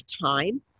time